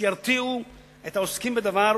שירתיעו את העוסקים בדבר,